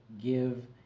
give